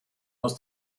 aus